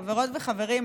חברות וחברים,